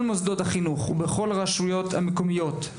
מוסדות החינוך ובכל הרשויות המקומיות.